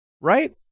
Right